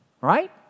right